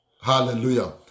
Hallelujah